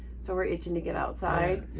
so we're itching to get outside.